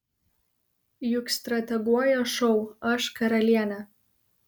juk strateguoja šou aš karalienė